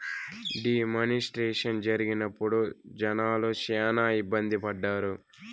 D మానిస్ట్రేషన్ జరిగినప్పుడు జనాలు శ్యానా ఇబ్బంది పడ్డారు